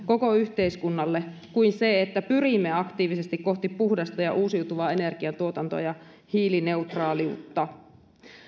koko yhteiskunnalle kuin se että pyrimme aktiivisesti kohti puhdasta ja uusiutuvaa energiantuotantoa ja hiilineutraaliutta